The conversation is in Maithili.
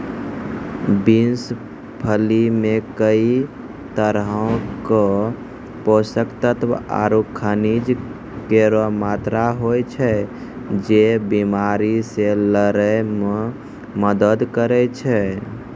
बिन्स फली मे कई तरहो क पोषक तत्व आरु खनिज केरो मात्रा होय छै, जे बीमारी से लड़ै म मदद करै छै